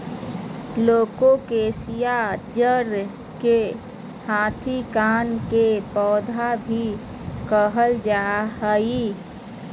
colocasia जड़ के हाथी कान के पौधा भी कहल जा हई